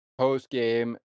postgame